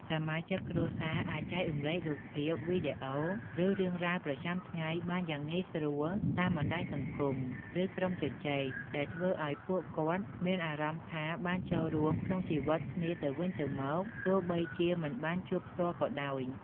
សមាជិកគ្រួសារអាចចែករំលែករូបភាព វីដេអូ ឬរឿងរ៉ាវប្រចាំថ្ងៃបានយ៉ាងងាយស្រួលតាមបណ្ដាញសង្គម ឬក្រុមជជែក ដែលធ្វើឲ្យពួកគាត់មានអារម្មណ៍ថាបានចូលរួមក្នុងជីវិតគ្នាទៅវិញទៅមក ទោះបីជាមិនបានជួបផ្ទាល់ក៏ដោយ។